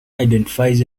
identifies